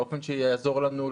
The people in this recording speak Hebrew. באופן שיעזור לנו,